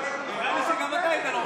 אם היה אפשר, גם אתה היית נורבגי.